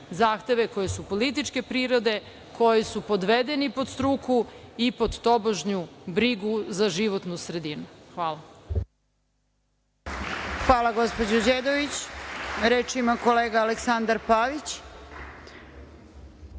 zahteve koji su političke prirode, koji su podvedeni pod struku i pod tobožnju brigu za životnu sredinu. Hvala. **Snežana Paunović** Hvala, gospođo Đedović. Reč ima kolega Aleksandar Pavić.